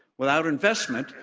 without investment,